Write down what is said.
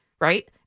right